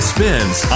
Spins